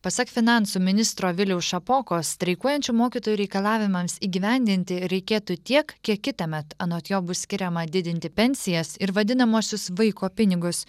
pasak finansų ministro viliaus šapokos streikuojančių mokytojų reikalavimams įgyvendinti reikėtų tiek kiek kitąmet anot jo bus skiriama didinti pensijas ir vadinamuosius vaiko pinigus